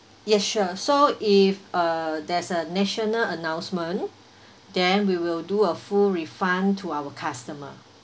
yes sure so if uh there's a national announcement then we will do a full refund to our customer